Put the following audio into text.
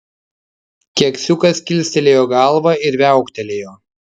keksiukas kilstelėjo galvą ir viauktelėjo